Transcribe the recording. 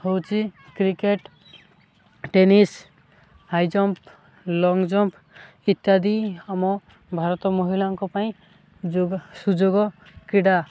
ହେଉଛି cricket tennis high jump long jump ଇତ୍ୟାଦି ଆମ ଭାରତ ମହିଳାଙ୍କ ପାଇଁ ଯୋଗ ସୁଯୋଗ କ୍ରୀଡ଼ା